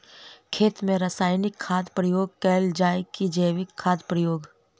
खेत मे रासायनिक खादक प्रयोग कैल जाय की जैविक खादक प्रयोग?